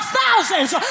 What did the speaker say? thousands